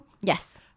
yes